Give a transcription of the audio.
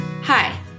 Hi